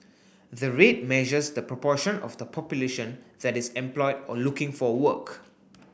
the rate measures the proportion of the population that is employed or looking for work